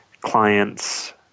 clients –